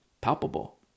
palpable